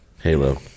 Halo